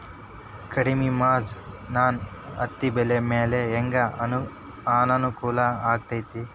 ಕಡಮಿ ಮಂಜ್ ನನ್ ಹತ್ತಿಬೆಳಿ ಮ್ಯಾಲೆ ಹೆಂಗ್ ಅನಾನುಕೂಲ ಆಗ್ತೆತಿ?